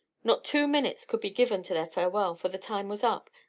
not two minutes could be given to their farewell, for the time was up,